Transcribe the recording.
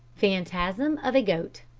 phantasm of a goat